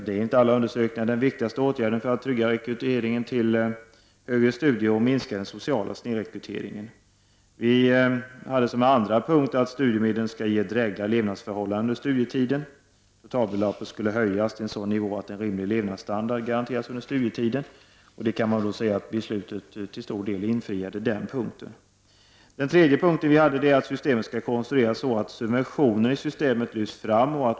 Detta är enligt alla undersökningar den viktigaste åtgärden för att trygga rekryteringen till högre studier och minska den sociala snedrekryteringen. Vi hade som andra punkt att studiemedlen skall ge drägliga levnadsförhållanden under studietiden. Totalbeloppet skulle höjas till en sådan nivå att en rimlig levnadsstandard garanterades under studietiden. Den punkten infriades till stor del av beslutet. Den tredje punkten var att systemet skall konstrueras så att subventionen i systemet lyfts fram.